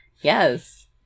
Yes